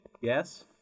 Yes